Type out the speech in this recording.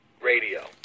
radio